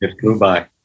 Goodbye